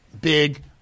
big